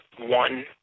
one